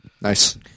Nice